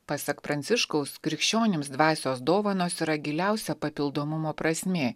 pasak pranciškaus krikščionims dvasios dovanos yra giliausia papildomumo prasmė